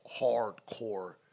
hardcore